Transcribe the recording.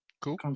Cool